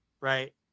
Right